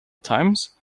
times